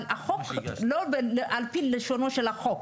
אבל לא על פי לשונו של החוק.